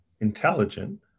intelligent